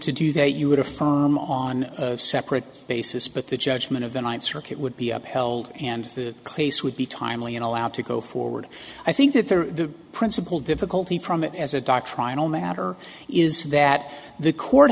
to do that you would affirm on a separate basis but the judgment of the ninth circuit would be upheld and the class would be timely and allowed to go forward i think that the principal difficulty from it as a dock trial matter is that the court